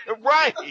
Right